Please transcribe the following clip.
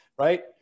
Right